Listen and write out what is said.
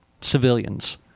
civilians